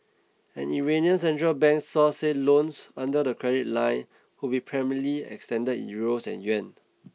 an Iranian central bank source said loans under the credit line would be primarily extended in Euros and yuan